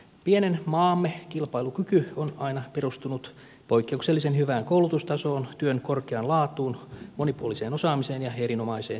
pienen maamme kilpailukyky on aina perustunut poikkeuksellisen hyvään koulutustasoon työn korkeaan laatuun monipuoliseen osaamiseen ja erinomaiseen kielitaitoon